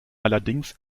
allerdings